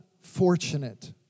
fortunate